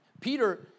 Peter